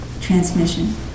transmission